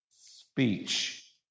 speech